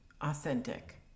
authentic